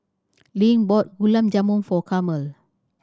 Link bought Gulab Jamun for Carmel